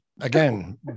Again